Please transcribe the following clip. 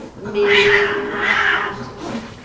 merely as a brother artist.